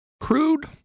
Crude